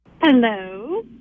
Hello